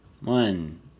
One